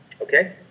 Okay